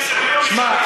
שמע,